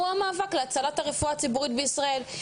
הוא המאבק להצלת הרפואה הציבורית בישראל,